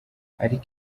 ariko